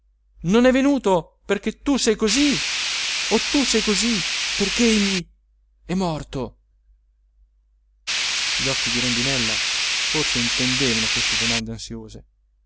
non è venuto perché tu sei così o tu sei così perché egli è morto gli occhi di rondinella forse intendevano queste domande ansiose